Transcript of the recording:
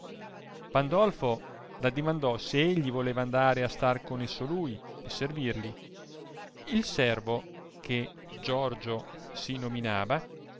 pandolfo l'addimandò se egli voleva andare a star con esso lui e servirli il servo che giorgio si nominava